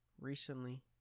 recently